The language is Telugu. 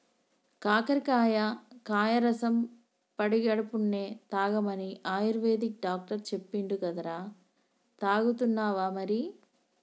కాకరకాయ కాయ రసం పడిగడుపున్నె తాగమని ఆయుర్వేదిక్ డాక్టర్ చెప్పిండు కదరా, తాగుతున్నావా మరి